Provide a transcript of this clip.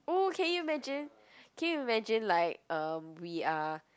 oh can you imagine can you imagine like um we are